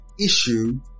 issue